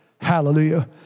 Hallelujah